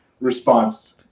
response